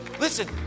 listen